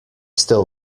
still